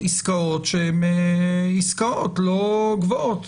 בעסקאות שהן עסקאות לא גבוהות.